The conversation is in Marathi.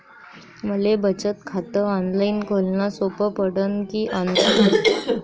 मले बचत खात ऑनलाईन खोलन सोपं पडन की ऑफलाईन?